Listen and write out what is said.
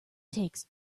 takes